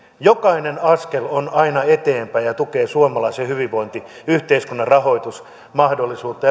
jokainen askel on aina eteenpäin ja tukee suomalaisen hyvinvointiyhteiskunnan rahoitusmahdollisuutta